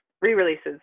re-releases